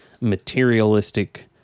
materialistic